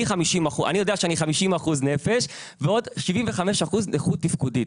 אני יודע אני 50 אחוזים נפש ועוד 75 אחוזים נכות תפקודית.